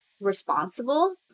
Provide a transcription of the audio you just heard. responsible